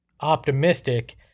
optimistic